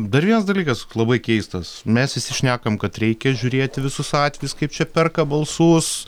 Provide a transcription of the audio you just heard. dar vienas dalykas toks labai keistas mes visi šnekam kad reikia žiūrėti visus atvejus kaip čia perka balsus